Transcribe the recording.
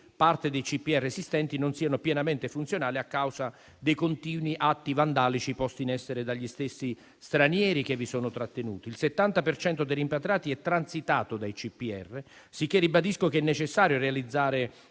i rimpatri (CPR) esistenti non siano pienamente funzionali a causa dei continui atti vandalici posti in essere dagli stessi stranieri che vi sono trattenuti. Il 70 per cento dei rimpatriati è transitato dai CPR, sicché ribadisco che è necessario realizzare